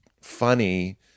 funny